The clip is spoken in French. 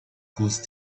cause